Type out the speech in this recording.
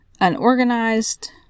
unorganized